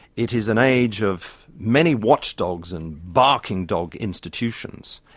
it is an age of many watchdogs and barking dog institutions.